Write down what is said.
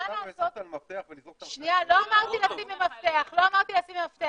את סבא וסבתא על מפתח ולזרוק את המפתח --- לא אמרתי לסגור במפתח,